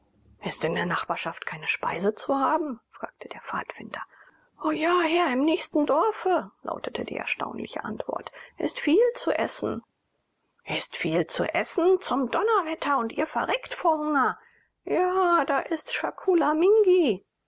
ist in der nachbarschaft keine speise zu haben fragte der pfadfinder o ja herr im nächsten dorfe lautete die erstaunliche antwort ist viel zu essen ist viel zu essen zum donnerwetter und ihr verreckt vor hunger ja da ist